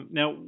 now